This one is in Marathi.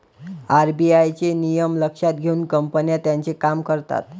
आर.बी.आय चे नियम लक्षात घेऊन कंपन्या त्यांचे काम करतात